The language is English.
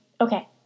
Okay